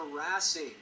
harassing